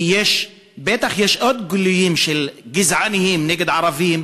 כי בטח יש עוד גילויים גזעניים נגד ערבים